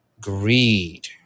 greed